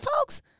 folks